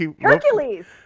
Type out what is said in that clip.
Hercules